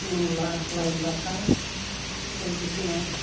मुला लाइ लाफा बायदिसिना